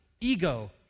ego